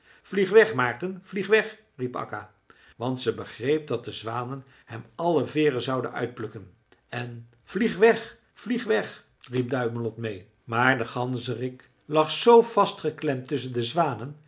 vlieg weg maarten vlieg weg riep akka want zij begreep dat de zwanen hem alle veeren zouden uitplukken en vlieg weg vlieg weg riep duimelot meê maar de ganzerik lag z vastgeklemd tusschen de zwanen